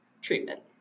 treatment